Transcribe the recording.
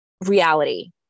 reality